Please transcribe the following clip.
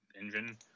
engine